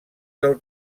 del